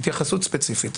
התייחסות ספציפית.